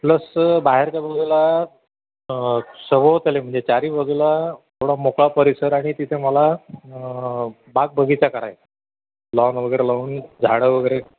plus बाहेरच्या बजूला सभोवताली म्हणजे चारी बघूला थोडा मोकळा परिसर आणि तिथे मला बागबगीचा कराय लॉन वगैरे लावून झाडं वगैरे